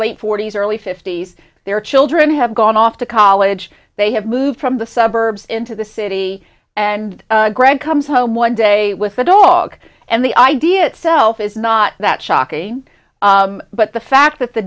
late forty's early fifty's their children have gone off to college they have moved from the suburbs into the city and greg comes home one day with a dog and the idea itself is not that shocking but the fact that the